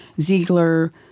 Ziegler